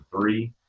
three